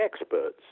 experts